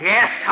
Yes